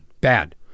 Bad